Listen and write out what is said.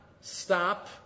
stop